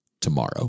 tomorrow